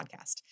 podcast